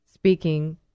speaking